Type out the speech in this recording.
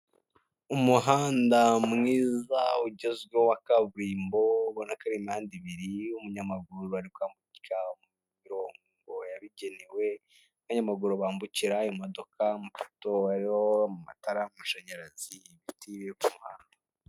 Umuhanda mwiza ugezweho wa kaburimbo ubona ko ari imihanda ibiri, umunyamaguru ari kwambukira mu mirongo yabigenewe aho abanyamaguru bambukira, imodoka, amapoto ariho amatara y'amashanyarazi, ibiti biri ku muhanda.